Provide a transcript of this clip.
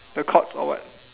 the chords or what